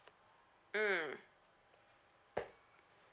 mm